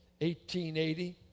1880